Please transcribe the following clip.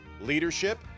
leadership